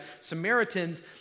Samaritans